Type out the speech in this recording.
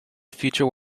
future